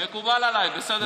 מקובל עליי, בסדר גמור.